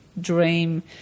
dream